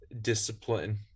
discipline